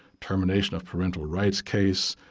termination of parental rights case,